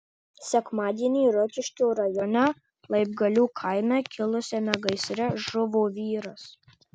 sekmadienį rokiškio rajone laibgalių kaime kilusiame gaisre žuvo vyras